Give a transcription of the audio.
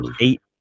eight